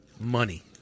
money